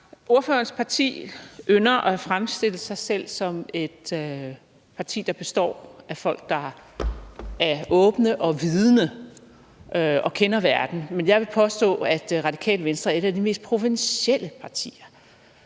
Ordførerens parti ynder at fremstille sig selv som et parti, der består af folk, der er åbne og vidende og kender verden, men jeg vil påstå, at Det Radikale Venstre er et af de mest provinsielle partier.